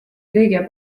kõige